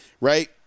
right